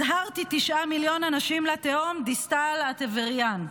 הדהרת תשעה מיליון אנשים לתהום, דיסטל אטבריאן.